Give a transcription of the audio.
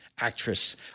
Actress